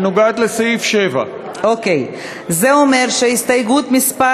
לסעיף 7. אוקיי, זה אומר שהסתייגויות מס'